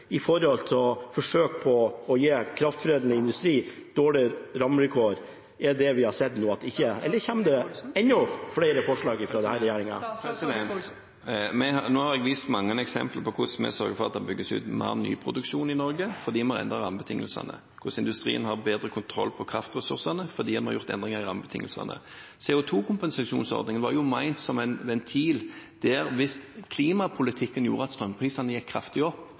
vi har sett nå? Eller kommer det enda flere forslag fra denne regjeringen? Nå har jeg vist mange eksempler på hvordan vi sørger for at det bygges ut mer ny produksjon i Norge fordi vi har endret rammebetingelsene, og hvordan industrien har bedre kontroll over kraftressursene fordi vi har gjort endringer i rammebetingelsene. CO 2 -kompensasjonsordningen var ment som en ventil. Hvis klimapolitikken gjorde at strømprisene gikk kraftig opp,